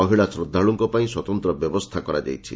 ମହିଳା ଶ୍ରଦ୍ଧାଳୁଙ୍କ ପାଇଁ ସ୍ୱତନ୍ତ୍ର ବ୍ୟବସ୍ଥା କରାଯାଇଛି